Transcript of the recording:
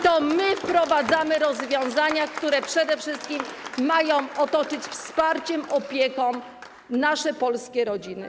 To my wprowadzamy rozwiązania, które przede wszystkim mają otoczyć opieką, wspierać nasze polskie rodziny.